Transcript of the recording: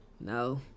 No